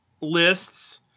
lists